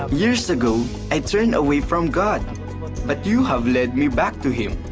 years ago i turned away from god but you have led me back to him.